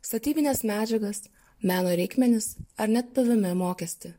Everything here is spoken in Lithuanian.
statybines medžiagas meno reikmenis ar net pvm mokestį